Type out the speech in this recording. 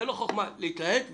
זה לא חוכמה להתלהט ולהתנצל.